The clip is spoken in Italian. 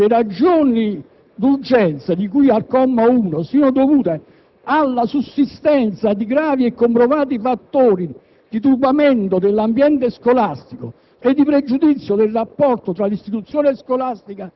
È detto in questo articolo che «il trasferimento d'ufficio per accertata situazione di incompatibilità di permanenza nella scuola o nella sede può essere disposto anche durante l'anno scolastico»,